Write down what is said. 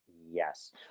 Yes